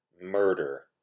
murder